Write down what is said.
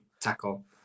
tackle